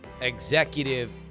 executive